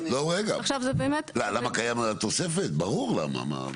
למה קיים התוספת ברור למה.